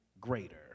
greater